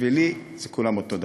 בשבילי, כולם אותו דבר.